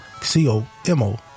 C-O-M-O